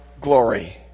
glory